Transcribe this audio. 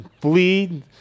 flee